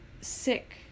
sick